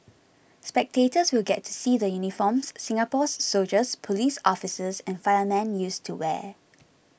spectators will get to see the uniforms Singapore's soldiers police officers and firemen used to wear